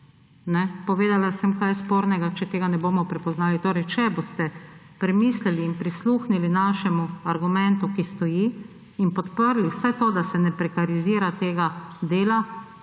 Povedala sem, kaj je sporno, če tega ne bomo prepoznali. Če boste premislili in prisluhnili našemu argumentu, ki stoji, in podprli vsaj to, da se ne prekarizira tega dela,